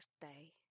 birthday